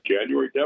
January